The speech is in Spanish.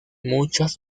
muchas